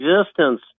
existence